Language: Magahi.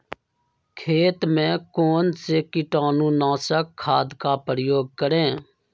खेत में कौन से कीटाणु नाशक खाद का प्रयोग करें?